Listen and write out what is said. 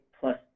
plus